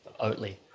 Oatly